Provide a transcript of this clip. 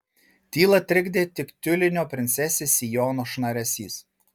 tylą trikdė tik tiulinio princesės sijono šnaresys